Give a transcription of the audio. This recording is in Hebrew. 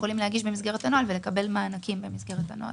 יכולים להגיש במסגרת הנוהל ולקבל מענקים במסגרת הנוהל.